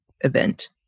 event